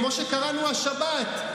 כמו שקראנו השבת,